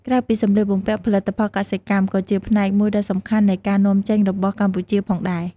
ក្រៅពីសម្លៀកបំពាក់ ផលិតផលកសិកម្ម ក៏ជាផ្នែកមួយដ៏សំខាន់នៃការនាំចេញរបស់កម្ពុជាផងដែរ។